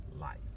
Life